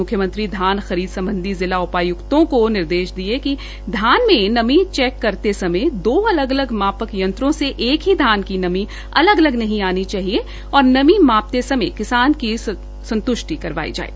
मुख्यमंत्री धान खरीद संबंधी जिला उपायुक्तों को निर्देश दिए कि धान में नमी चैक करते समय दो अलग अलग मापक यंत्रों से एक ही धान की नमी अलग अलग नहीं आनी चाहिए और नमी मापते समय किसान की संतृष्टि करवाएं